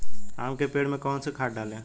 आम के पेड़ में कौन सी खाद डालें?